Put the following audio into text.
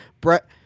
Brett